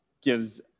gives